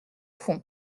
fond